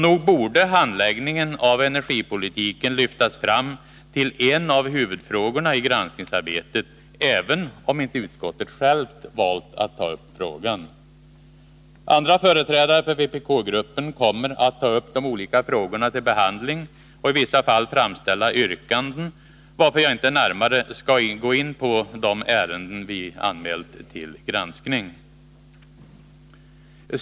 Nog borde handläggningen av energipolitiken lyftas fram till att bli en av huvudfrågorna i granskningsarbetet, även om inte utskottet självt valt att ta upp frågan. Andra företrädare för vpk-gruppen kommer att ta upp de olika frågorna till behandling och i vissa fall framställa yrkanden, varför jag inte närmare skall gå in på de ärenden vi anmält till granskning.